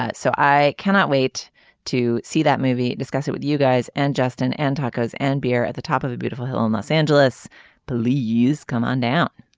so i cannot wait to see that movie discuss it with you guys and justin and tacos and beer at the top of the beautiful hill in los angeles police. come on down